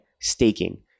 staking